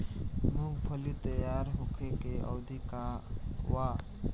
मूँगफली तैयार होखे के अवधि का वा?